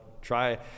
try